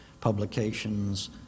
publications